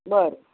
बरं